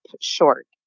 short